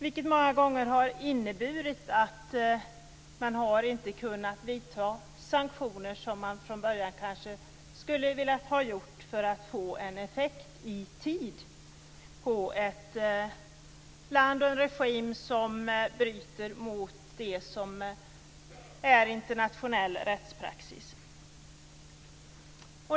Detta har många gånger inneburit att man inte kunnat genomföra sanktioner som man från början kanske skulle ha velat göra för att få effekt i tid på ett land och en regim som bryter mot internationell rättspraxis.